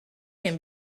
can